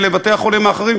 ולבתי-החולים האחרים,